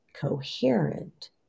coherent